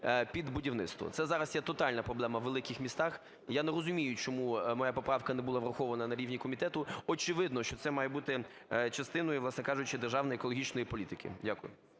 під будівництво. Це зараз є тотальна проблема у великих містах, і я не розумію, чому моя поправка не була врахована на рівні комітету. Очевидно, що це має бути частиною, власне кажучи, державної екологічної політики. Дякую.